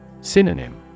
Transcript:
Synonym